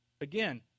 again